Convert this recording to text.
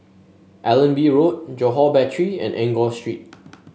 Allenby Road Johore Battery and Enggor Street